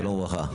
שלום וברכה.